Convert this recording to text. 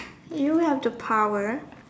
you have the power